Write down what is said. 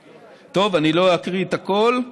טוב, אני לא אקריא את הכול.